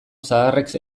zaharrek